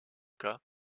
cas